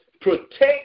protect